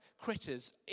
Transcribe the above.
critters